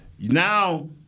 Now